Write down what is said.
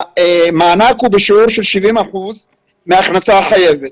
המענק הוא בשיעור של 70 אחוזים מההכנסה החייבת.